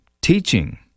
teaching